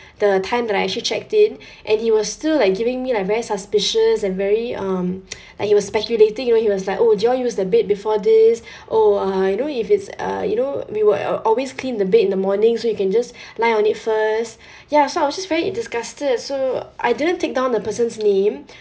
the time that I actually checked in and he was still like giving me like very suspicious and very um like he was speculating you know he was like oh do you all use the bed before these oh I know if it's uh you know we were always clean the bed in the morning so you can just lie on it first ya so I was just very disgusted so I didn't take down the person's name